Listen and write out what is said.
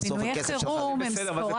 אבל פינויי חירום הם ספורדיים.